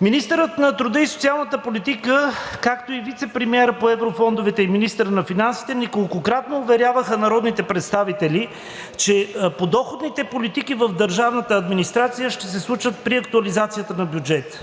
Министърът на труда и социалната политика и вицепремиерът по еврофондовете и министър на финансите неколкократно уверяваха народните представители, че подоходните политики в държавната администрация ще се случат при актуализацията на бюджета.